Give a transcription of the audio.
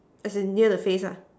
as in near the face ah